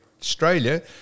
Australia